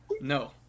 No